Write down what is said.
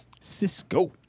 Cisco